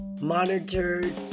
monitored